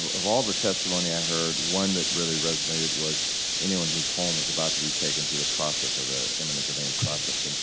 of all the testimony i heard, one that resonated was anyone whose home is about to be taken through the process of the eminent domain process, and